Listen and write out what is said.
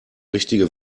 richtige